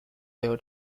will